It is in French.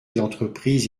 d’entreprise